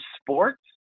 sports